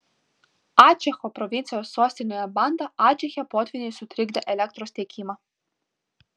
ačecho provincijos sostinėje banda ačeche potvyniai sutrikdė elektros tiekimą